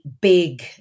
big